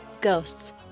ghosts